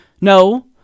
No